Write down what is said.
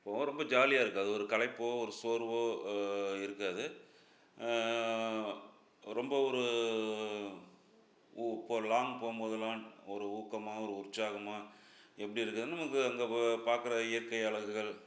போகிறப்ப ஜாலியாக இருக்கும் அது ஒரு களைப்போ ஒரு சோர்வோ இருக்காது ரொம்ப ஒரு உ இப்போது லாங் போகும்போதுலாம் ஒரு ஊக்கமாக ஒரு உற்சாகமாக எப்படி இருக்குதுன்னால் நமக்கு அங்கே பார்க்குற இயற்கை அழகுகள்